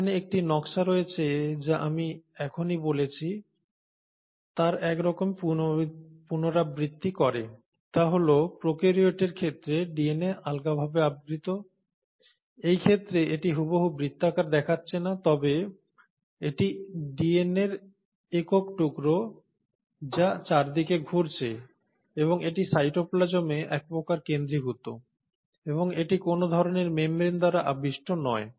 এখানে একটি নকশা রয়েছে যা আমি এখনই বলেছি তার একরকমের পুনরাবৃত্তি করে তা হল প্রোকারিওটের ক্ষেত্রে ডিএনএ আলগাভাবে আবৃত এই ক্ষেত্রে এটি হুবহু বৃত্তাকার দেখাচ্ছে না তবে এটি ডিএনএর একক টুকরো যা চারদিকে ঘুরছে এবং এটি সাইটোপ্লাজমে একপ্রকার কেন্দ্রীভূত এবং এটি কোনও ধরণের মেমব্রেন দ্বারা আবিষ্ট নয়